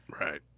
Right